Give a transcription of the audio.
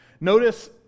notice